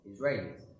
Israelis